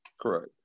Correct